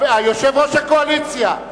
יושב-ראש הקואליציה,